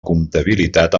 compatibilitat